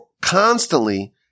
constantly